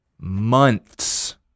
months